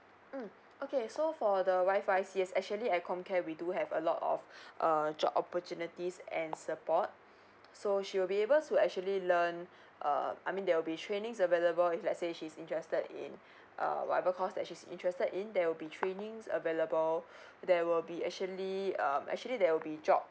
mm okay so for the wife wise yes actually at com care we do have a lot of uh job opportunities and support so she will be able to actually learn uh I mean there will be trainings available if let's say she's interested in uh whatever course that she's interested in there will be trainings available there will be actually um actually there will be job